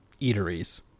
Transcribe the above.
eateries